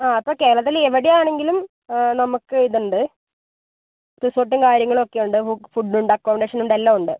ആ അപ്പോൾ കേരളത്തിൽ എവിടെയാണെങ്കിലും നമുക്ക് ഇതൊണ്ട് റിസോർട്ടും കാര്യങ്ങളും ഒക്കെയുണ്ട് ഫുഡ് ഉണ്ട് അക്കോമഡേഷനുണ്ട് എല്ലാം ഉണ്ട്